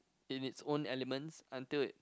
in it's own elements until it